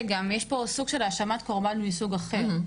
שיש פה גם סוג של האשמת קורבן מסוג אחר.